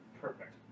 Perfect